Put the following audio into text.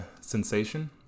sensation